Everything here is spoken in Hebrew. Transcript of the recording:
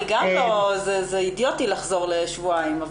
זה אידיוטי לחזור לשבועיים.